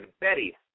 Betty